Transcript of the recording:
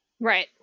Right